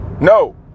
No